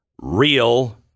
Real